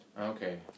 Okay